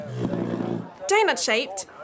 Donut-shaped